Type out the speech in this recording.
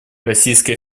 российская